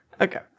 okay